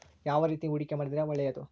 ಯಾವ ರೇತಿ ಹೂಡಿಕೆ ಮಾಡಿದ್ರೆ ಒಳ್ಳೆಯದು?